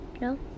No